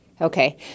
okay